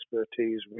expertise